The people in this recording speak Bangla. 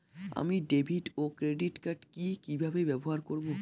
আমি ডেভিড ও ক্রেডিট কার্ড কি কিভাবে ব্যবহার করব?